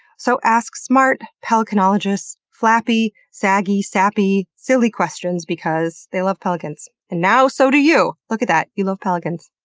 so ask smart pelicanologists flappy, saggy, sappy, silly questions, because they love pelicans. and now so do you! look at that, you love pelicans.